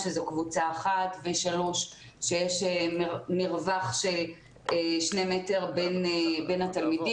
שזאת קבוצה אחת והשלישי הוא שיש מרווח של שני מטרים בין התלמידים.